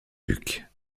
duc